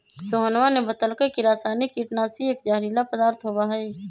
सोहनवा ने बतल कई की रसायनिक कीटनाशी एक जहरीला पदार्थ होबा हई